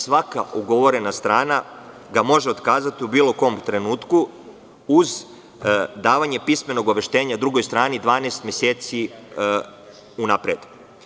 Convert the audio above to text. Svaka ugovorena strana ga može otkazati u bilo kom trenutku, uz davanje pismenog obaveštenja drugoj strani 12 meseci unapred.